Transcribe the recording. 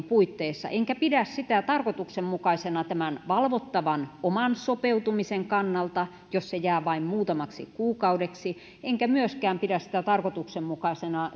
puitteissa enkä pidä sitä tarkoituksenmukaisena tämän valvottavan oman sopeutumisen kannalta jos se jää vain muutamaksi kuukaudeksi enkä pidä sitä tarkoituksenmukaisena